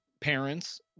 parents